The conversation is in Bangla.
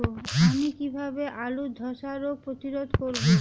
আমি কিভাবে আলুর ধ্বসা রোগ প্রতিরোধ করব?